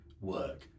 work